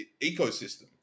ecosystem